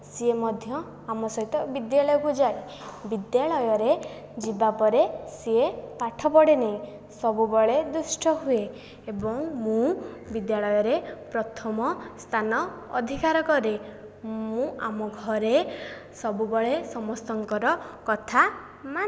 ସିଏ ମଧ୍ୟ ଆମ ସହିତ ବିଦ୍ୟାଳୟକୁ ଯାଏ ବିଦ୍ୟାଳୟରେ ଯିବା ପରେ ସିଏ ପାଠ ପଢ଼େନାହିଁ ସବୁବେଳେ ଦୁଷ୍ଟହୁଏ ଏବଂ ମୁଁ ବିଦ୍ୟାଳୟରେ ପ୍ରଥମ ସ୍ଥାନ ଅଧିକାର କରେ ମୁଁ ଆମ ଘରେ ସବୁବେଳେ ସମସ୍ତଙ୍କର କଥା ମାନ୍